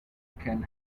can